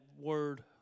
word